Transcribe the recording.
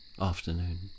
afternoon